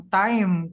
time